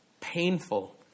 painful